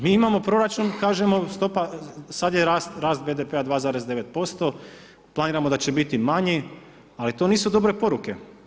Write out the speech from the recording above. Mi imamo proračun, kažemo stopa, sada je rast BDP-a 2,9%, planiramo da će biti manji ali to nisu dobre poruke.